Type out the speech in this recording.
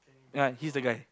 ya he's the guy